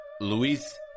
Luis